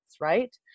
Right